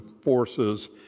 forces